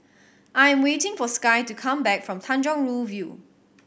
I am waiting for Skye to come back from Tanjong Rhu View